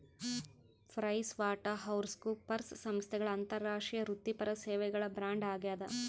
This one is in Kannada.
ಪ್ರೈಸ್ವಾಟರ್ಹೌಸ್ಕೂಪರ್ಸ್ ಸಂಸ್ಥೆಗಳ ಅಂತಾರಾಷ್ಟ್ರೀಯ ವೃತ್ತಿಪರ ಸೇವೆಗಳ ಬ್ರ್ಯಾಂಡ್ ಆಗ್ಯಾದ